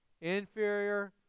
Inferior